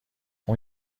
اون